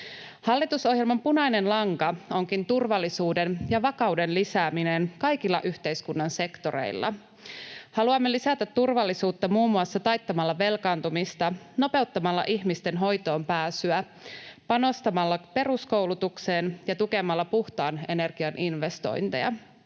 Hallitusohjelman punainen lanka onkin turvallisuuden ja vakauden lisääminen kaikilla yhteiskunnan sektoreilla. Haluamme lisätä turvallisuutta muun muassa taittamalla velkaantumista, nopeuttamalla ihmisten hoitoonpääsyä, panostamalla peruskoulutukseen ja tukemalla puhtaan energian investointeja.